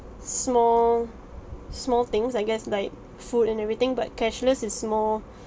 small small things I guess like food and everything but cashless is more